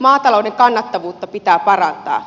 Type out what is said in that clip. maatalouden kannattavuutta pitää parantaa